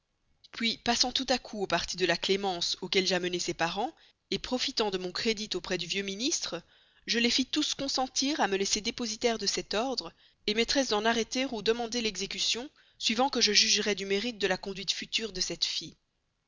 puis passant tout à coup au parti de la clémence auquel j'amenai ses parents profitant de mon crédit auprès du vieux ministre je les fis tous consentir à me laisser dépositaire de cet ordre maîtresse d'en arrêter ou demander l'exécution suivant que je jugerais du mérite de la conduite future de cette fille